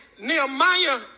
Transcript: Nehemiah